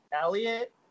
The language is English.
Elliot